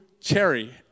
cherry